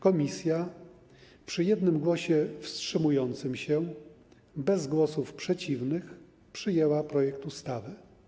Komisja przy jednym głosie wstrzymującym się, bez głosów przeciwnych przyjęła projekt ustawy.